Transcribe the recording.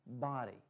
body